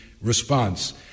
response